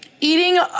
Eating